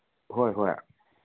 ꯍꯣꯏ ꯍꯣꯏ